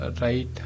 right